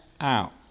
out